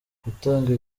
gutanga